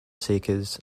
seekers